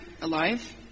alive